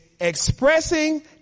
expressing